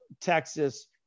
Texas